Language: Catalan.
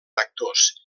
actors